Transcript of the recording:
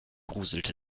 gruselt